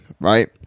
right